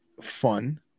fun